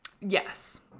Yes